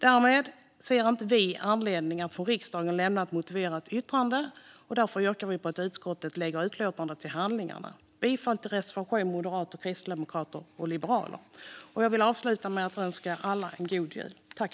Därför ser vi inte anledning att från riksdagen lämna ett motiverat yttrande. Vi anser att utskottet bör lägga utlåtandet till handlingarna. Jag yrkar bifall till reservationen från Moderaterna, Kristdemokraterna och Liberalerna. Jag vill avsluta med att önska alla en god jul.